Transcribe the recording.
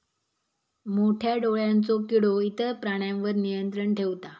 मोठ्या डोळ्यांचो किडो इतर प्राण्यांवर नियंत्रण ठेवता